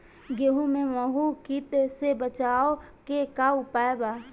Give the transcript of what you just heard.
गेहूँ में माहुं किट से बचाव के का उपाय बा?